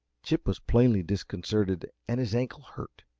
chip was plainly disconcerted, and his ankle hurt.